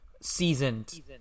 seasoned